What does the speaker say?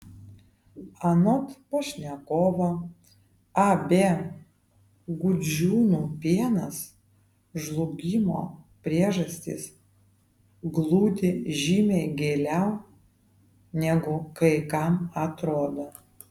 anot pašnekovo ab gudžiūnų pienas žlugimo priežastys glūdi žymiai giliau negu kai kam atrodo